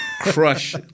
crush